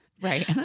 Right